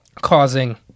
causing